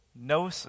No